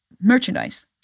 merchandise